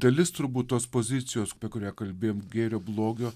dalis turbūt tos pozicijos kurią kalbėjom gėrio blogio